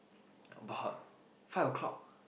about five O-clock